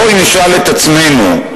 בואי נשאל את עצמנו.